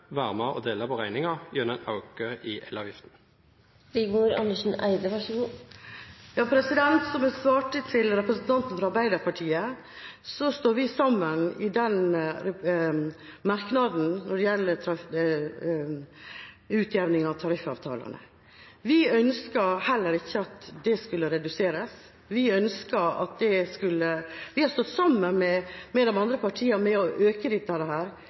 være med og dele på regningen gjennom en økning i elavgiften? Som jeg svarte representanten fra Arbeiderpartiet, står vi sammen i den merknaden som gjelder utjevning av tariffavtalene. Vi ønsket heller ikke at det skulle reduseres. Vi har i alle år stått sammen med de andre partiene om å øke dette i budsjettet, og vi har også stått sammen med